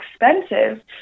expensive